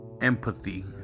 empathy